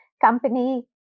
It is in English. company